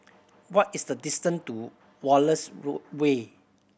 what is the distant to Wallace Road Way